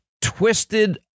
twisted